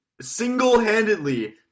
single-handedly